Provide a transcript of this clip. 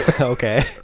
Okay